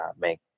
make